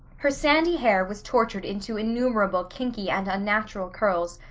her sandy hair was tortured into innumerable kinky and unnatural curls,